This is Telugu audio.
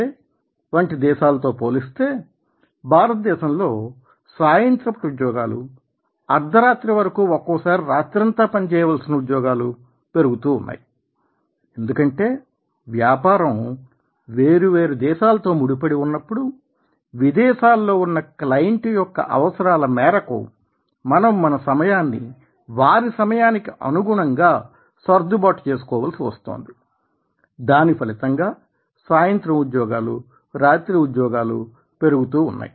ఏ వంటి దేశాలతో పోలిస్తే భారతదేశంలో సాయంత్రపుటుద్యోగాలు అర్ధరాత్రి వరకు ఒక్కోసారి రాత్రంతా పని చేయవలసిన ఉద్యోగాలు పెరుగుతూ ఉన్నాయి ఎందుకంటే వ్యాపారం వేరు వేరు దేశాలతో ముడిపడి ఉన్నప్పుడు విదేశాలలో ఉన్న క్లైంట్ యొక్క అవసరాల మేరకు మనం మన సమయాన్ని వారి సమయానికి అనుగుణంగా సర్దుబాటు చేసుకోవలసి వస్తోంది దాని ఫలితంగా సాయంత్రం ఉద్యోగాలు రాత్రి ఉద్యోగాలు పెరుగుతూ ఉన్నాయి